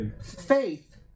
faith